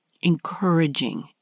encouraging